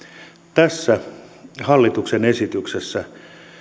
tässä hallituksen esityksessä